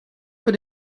für